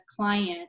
client